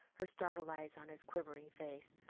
her startled eyes on his quivering face.